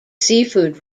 seafood